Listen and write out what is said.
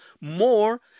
more